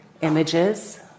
Images